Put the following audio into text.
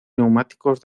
neumáticos